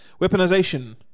weaponization